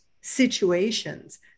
situations